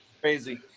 Crazy